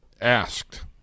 asked